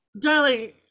Darling